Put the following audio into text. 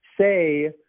say